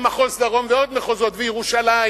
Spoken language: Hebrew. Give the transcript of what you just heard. ומחוז דרום ועוד מחוזות וירושלים.